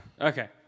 Okay